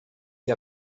che